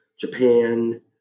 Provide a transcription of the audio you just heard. Japan